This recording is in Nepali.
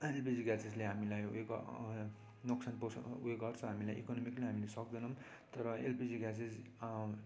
एलपिजी ग्यासेसले हामीलाई ऊ यो ग नोक्सान पुर्याउँछ ऊ यो गर्छ हामीलाई इकोनोमिकली हामीले सक्दैनौँ तर एलपिजी ग्यासेस